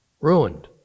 ruined